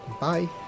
Bye